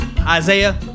isaiah